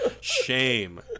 shame